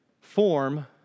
form